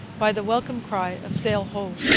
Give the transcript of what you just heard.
by the welcome cry of sail-ho!